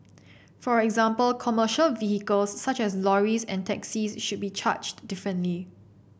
for example commercial vehicles such as lorries and taxis should be charged differently